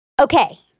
Okay